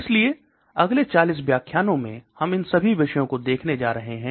इसलिए अगले 40 व्याख्यानों में हम इन सभी विषयों को देखने जा रहे हैं